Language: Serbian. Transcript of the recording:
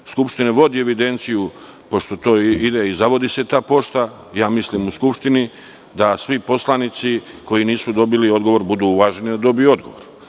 Skupštine vodi evidenciju pošto se zavodi ta pošta, ja mislim u Skupštini da svi poslanici koji nisu dobili odgovor budu uvaženi i dobiju odgovor.